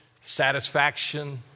satisfaction